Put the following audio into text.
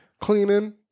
cleaning